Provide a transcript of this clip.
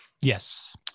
yes